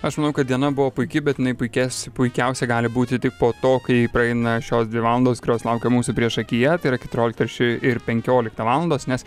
aš manau kad diena buvo puiki bet jinai puikes puikiausia gali būti tik po to kai praeina šios dvi valandos kurios laukia mūsų priešakyje tai yra keturiolikta ir ši ir penkiolikta valandos nes